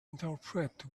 interpret